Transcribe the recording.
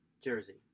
jersey